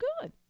good